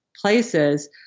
places